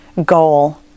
Goal